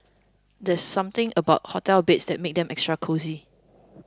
there's something about hotel beds that makes them extra cosy